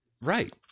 Right